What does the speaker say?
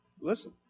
Listen